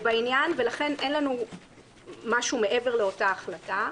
ולכן אין לנו משהו מעבר לאותה החלטה.